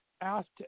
asked